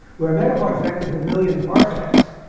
where a megaparsec is a million parsecs,